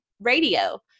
radio